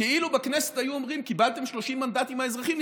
כאילו בכנסת היו אומרים: קיבלתם 30 מנדטים מהאזרחים,